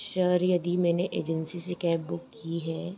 शहर यदि मैंने एजेन्सी से कैब बुक की है